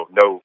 no